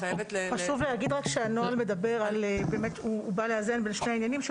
חשוב להגיד שהנוהל בא לאזן בין שני העניינים של